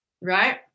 Right